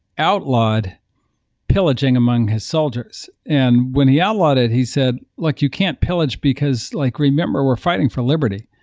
outlawed pillaging among his soldiers. and when he outlawed it he said, look, you can't pillage, because like remember we're fighting for liberty.